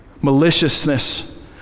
maliciousness